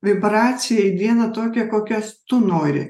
vibracijai dieną tokią kokios tu nori